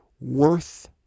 worth